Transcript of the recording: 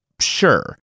sure